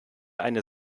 eine